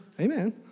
Amen